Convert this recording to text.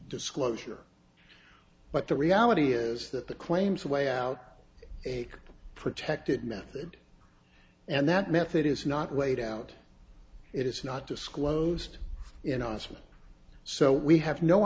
disclosure but the reality is that the claims are way out a protected method and that method is not weighed out it is not disclosed in onsen so we have no